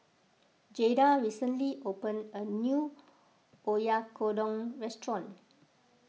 Jaida recently opened a new Oyakodon restaurant